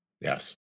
yes